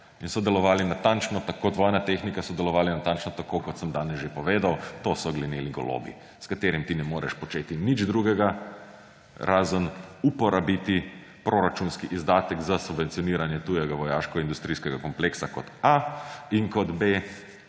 in so delovali natančno tako kot vojna tehnika, so delovali natančno tako, kot sem danes že povedal. To so glineni golobi, s katerim ti ne moreš početi nič drugega, razen uporabiti proračunski izdatek za subvencioniranje tujega vojaško-industrijskega kompleksa − kot a ‒ in – kot b